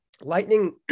lightning